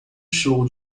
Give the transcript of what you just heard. show